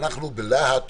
בלהט